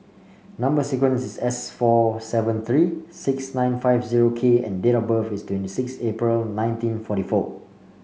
number sequence is S four seven three six nine five zero K and date of birth is twenty six April nineteen forty four